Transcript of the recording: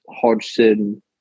Hodgson